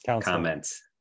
comments